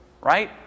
right